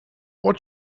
what